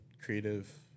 creative